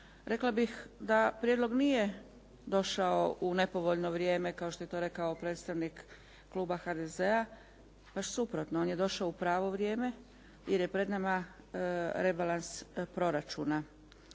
Rekla bih da prijedlog nije došao u nepovoljno vrijeme kao što je to rekao predstavnik kluba HDZ-a. Baš suprotno, on je došao u pravo vrijeme, jer je pred nama rebalans proračuna.